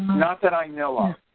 not that i know of